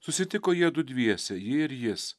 susitiko jiedu dviese ji ir jis